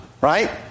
Right